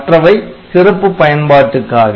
மற்றவை சிறப்பு பயன்பாட்டுக்காக